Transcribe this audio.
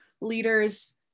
leaders